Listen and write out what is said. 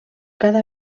cada